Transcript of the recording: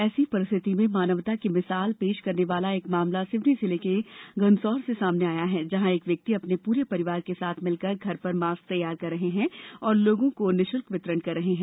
ऐसी परिस्थिति में मानवता की भिसाल पेश करने वाला एक मामला सिवनी जिले के घंसौर से सामने आया है जहां एक व्यक्ति अपने पूरे परिवार के साथ भिलकर घर पर मास्क तैयार कर रहे हैं और लोगों को निशुल्क वितरण कर रहे हैं